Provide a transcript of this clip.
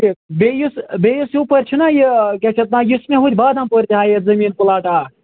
ٹھیٖک بیٚیہِ یُس بیٚیہِ یُس یپٲرۍ چھُناہ یہِ کیٛاہ چھِ یَتھ ناو یُس مےٚ ہُتہِ بادام پورٕ ژےٚ ہاییَتھ زمیٖن پُلا ٹا اَکھ